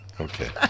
Okay